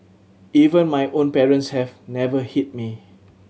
even my own parents have never hit me